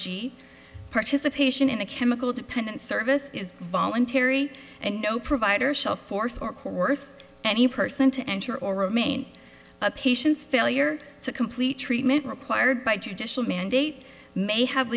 g participation in a chemical dependency service is voluntary and no provider shall forced or coerced any person to enter or remain a patient's failure to complete treatment required by judicial mandate may have